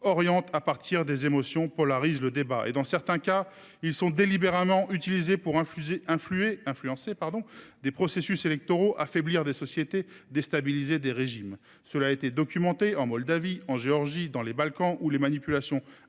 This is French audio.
orientent à partir des émotions, polarisent le débat. Et dans certains cas, ils sont délibérément utilisés pour influencer des processus électoraux, affaiblir des sociétés, déstabiliser des régimes, comme cela a été le cas en Moldavie, en Géorgie ou dans les Balkans, où les manipulations